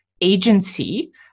agency